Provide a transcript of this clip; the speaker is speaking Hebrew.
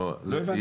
ולא בפריפריה,